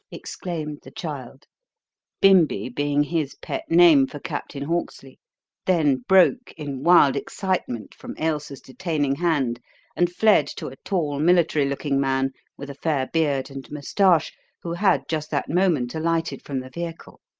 exclaimed the child bimbi being his pet name for captain hawksley then broke, in wild excitement, from ailsa's detaining hand and fled to a tall, military-looking man with a fair beard and moustache who had just that moment alighted from the vehicle.